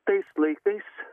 tais laikais